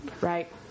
right